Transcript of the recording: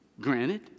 granted